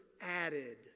added